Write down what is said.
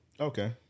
Okay